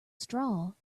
straw